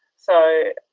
so